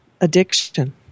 addiction